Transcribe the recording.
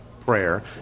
prayer